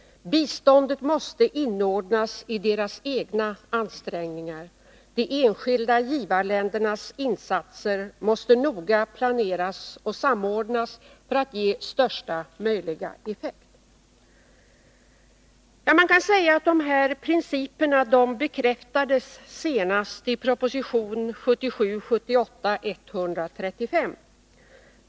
Biståndet måste inordnas i deras egna ansträngningar. De enskilda givarländernas insatser måste noga planeras och samordnas för att ge största möjliga effekt.” Man kan säga att dessa principer bekräftades senast i proposition 1977/78:135.